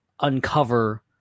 uncover